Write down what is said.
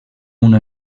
una